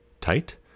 tight